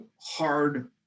hard